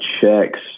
checks